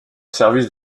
service